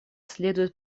следует